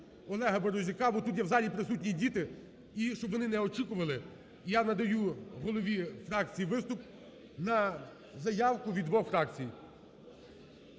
Олега Березюка, бо тут є в залі присутні діти і щоб вони не очікували, я надаю голові фракції виступ на заявку від двох фракцій.